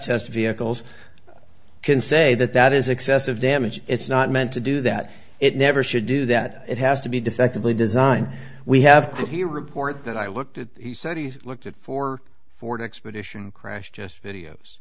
test vehicles can say that that is excessive damage it's not meant to do that it never should do that it has to be defectively designed we have the report that i looked at he said he looked at four ford expedition crash just videos